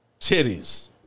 titties